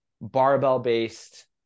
barbell-based